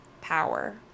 power